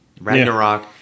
Ragnarok